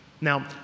Now